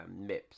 MIPS